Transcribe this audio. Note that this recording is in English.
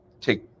take